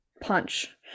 punch